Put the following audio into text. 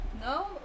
No